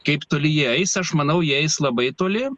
kaip toli jie eis aš manau jie eis labai toli